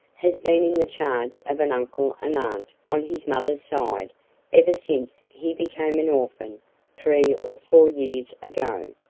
has been in the charge of an uncle and aunt on his mother's side ever since he became an orphan three or four years ago.